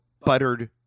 Buttered